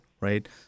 right